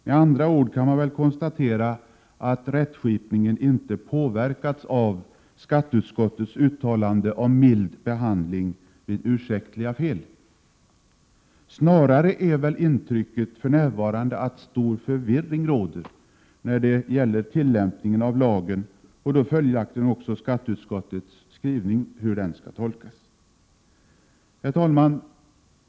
Med andra ord kan konstateras att rättskipningen inte påverkats av skatteutskottets uttalande om mild behandling vid ursäktliga fel. Snarare är intrycket för närvarande att stor förvirring råder när det gäller tillämpningen av lagen och då följaktligen också hur skatteutskottets skrivning skall tolkas. Herr talman!